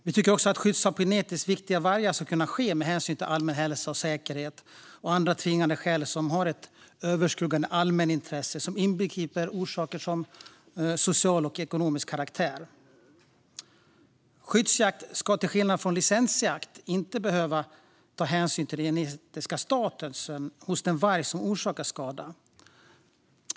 Vi tycker också att skyddsjakt på genetiskt viktiga vargar ska kunna ske med hänsyn till allmän hälsa och säkerhet och av andra tvingande skäl som har ett överskuggande allmänintresse, inbegripet orsaker av social eller ekonomisk karaktär. Skyddsjakt ska, till skillnad från licensjakt, inte behöva ta hänsyn till den genetiska statusen hos den varg som orsakar skada.